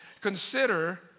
Consider